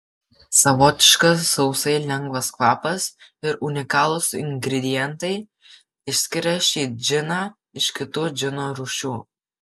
savotiškas sausai lengvas kvapas ir unikalūs ingredientai išskiria šį džiną iš kitų džino rūšių